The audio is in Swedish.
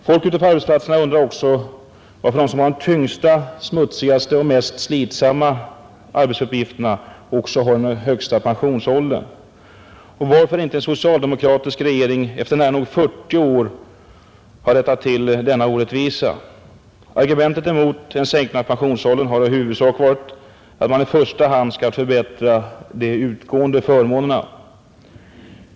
Folk ute på arbetsplatserna undrar också varför de som har de tyngsta, smutsigaste och mest slitsamma arbetsuppgifterna dessutom har den högsta pensionsåldern och varför inte en socialdemokratisk regering efter nära nog 40 år har rättat till denna orättvisa. Argumentet mot den sänkta pensionsåldern har i huvudsak varit att man i första hand skall förbättra de utgående förmånerna.